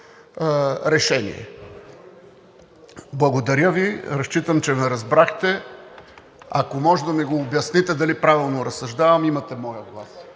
решение. Разчитам, че ме разбрахте. Ако можете да ми обясните дали правилно разсъждавам, имате моя глас.